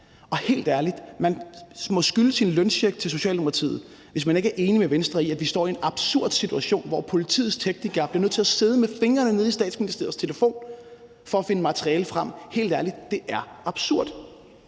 Og helt ærligt: Man må skylde sin lønseddel til Socialdemokratiet, hvis man ikke er enig med Venstre i, at vi står i en absurd situation, hvor politiets teknikere bliver nødt til at sidde med fingrene nede i statsministerens telefon for at finde materiale frem. Helt ærligt: Det er absurd.